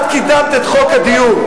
את קידמת את חוק הדיור.